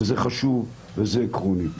וזה חשוב וזה עקרוני.